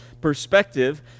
perspective